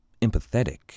empathetic